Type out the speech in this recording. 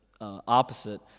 opposite